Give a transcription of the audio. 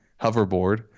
hoverboard